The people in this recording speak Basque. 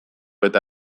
eta